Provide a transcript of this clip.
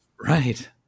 Right